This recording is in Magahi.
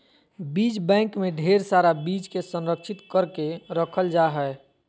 बीज बैंक मे ढेर सारा बीज के संरक्षित करके रखल जा हय